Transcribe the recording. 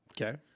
Okay